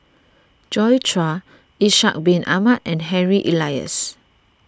Joi Chua Ishak Bin Ahmad and Harry Elias